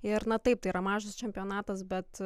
ir na taip tai yra mažas čempionatas bet